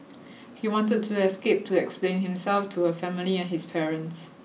he wanted to escape to explain himself to her family and his parents